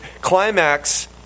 climax